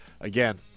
again